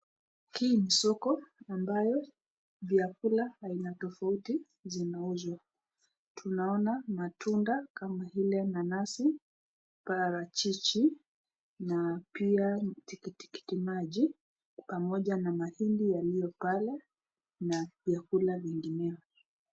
Hii ni soko ambayo vyakula aina tofauti zinauzwa. Tunaona matunda kama vile nanasi, parachichi na pia tikitiki maji pamoja na mahindi yaliyo pale na vyakula vingineo.